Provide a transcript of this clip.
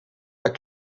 pas